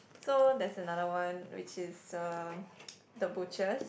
so there's another one which is uh the butchers